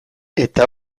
eta